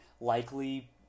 likely